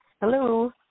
Hello